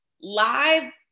live